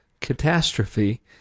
catastrophe